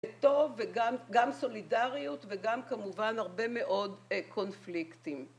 טוב וגם סולידריות וגם כמובן הרבה מאוד קונפליקטים.